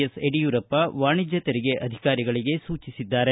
S Yediyurappa ವಾಣಿಜ್ವ ತೆರಿಗೆ ಅಧಿಕಾರಿಗಳಿಗೆ ಸೂಚಿಸಿದ್ದಾರೆ